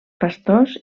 pastors